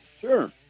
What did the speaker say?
Sure